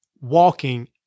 walking